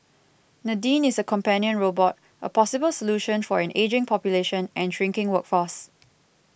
Nadine is a companion robot a possible solution for an ageing population and shrinking workforce